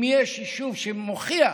אם יש יישוב שמוכיח